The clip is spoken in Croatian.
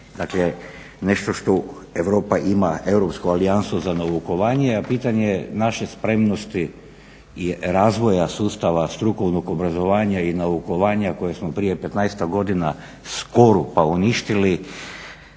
dakle nešto što Europa ima europsko … naukovanje. A pitanje je naše spremnosti i razvoja sustava strukovnog obrazovanja i naukovanja koje smo prije 15-tak godina skoro pa uništili,